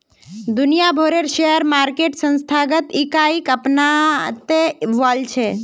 दुनिया भरेर share market संस्थागत इकाईक अपनाते वॉल्छे